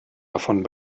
davon